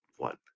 One